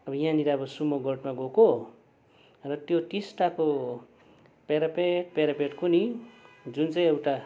अब यहाँनिर अब सुमो गोल्डमा गएको र त्यो टिस्टाको प्याराप्याड प्याराप्याडको नि जुन चाहिँ एउटा